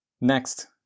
Next